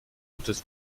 gutes